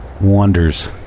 wonders